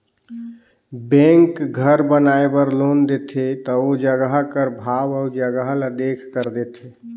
bank घर बनाए बर लोन देथे ता ओ जगहा कर भाव अउ जगहा ल देखकर देथे